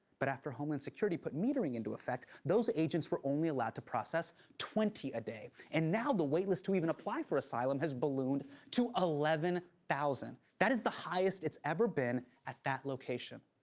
but after homeland security put metering into effect, those agents wee only allowed to process twenty a day. and now the wait list to even apply for asylum has ballooned to eleven thousand. that is the highest it's ever been at that location.